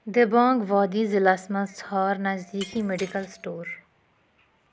دِبانگ وادی ضلعس مَنٛز ژھار نزدیٖکی میڈیکل سٹور